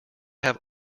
have